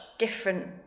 different